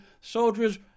soldiers